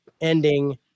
ending